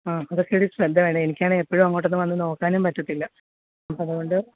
ആ അതൊക്ക ഒരു ശ്രദ്ധ വേണം എനിക്കാണേ എപ്പോഴുമങ്ങോട്ടൊന്നും വന്ന് നോക്കാനും പറ്റത്തില്ല അപ്പം അതുകൊണ്ട്